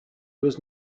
was